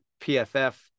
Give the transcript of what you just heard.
PFF